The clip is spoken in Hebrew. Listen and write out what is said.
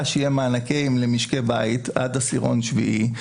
שיהיו מענקים למשקי בית עד עשירון שביעי,